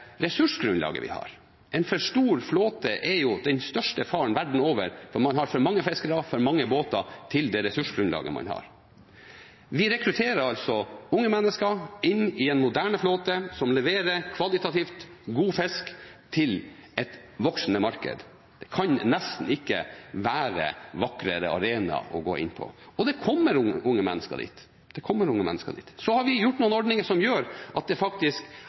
ressursgrunnlaget vi har. En for stor flåte er jo den største faren verden over, hvor man har for mange fiskere, for mange båter, til det ressursgrunnlaget man har. Vi rekrutterer altså unge mennesker inn i en moderne flåte som leverer kvalitativt god fisk til et voksende marked. Det kan nesten ikke være en vakrere arena å gå inn i. Og det kommer unge mennesker dit. Så har vi noen ordninger som gjør at vi nå har de samme betingelsene for å investere i et fiskefartøy i Finnmark som det